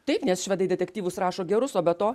taip nes švedai detektyvus rašo gerus o be to